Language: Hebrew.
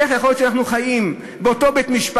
איך יכול להיות שאנחנו חיים עם אותו בית-משפט,